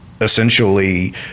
essentially